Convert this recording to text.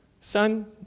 son